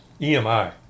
EMI